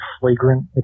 flagrant